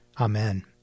Amen